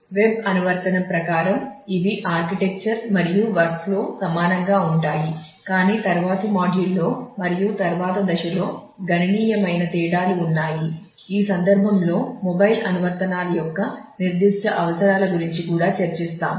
web ఇంటర్ఫేస్లో మరియు తరువాత దశలో గణనీయమైన తేడాలు ఉన్నాయి ఈ సందర్భంలో మొబైల్ అనువర్తనాల యొక్క నిర్దిష్ట అవసరాల గురించి కూడా చర్చిస్తాము